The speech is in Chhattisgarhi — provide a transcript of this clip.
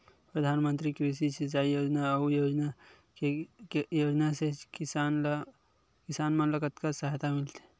प्रधान मंतरी कृषि सिंचाई योजना अउ योजना से किसान मन ला का सहायता मिलत हे?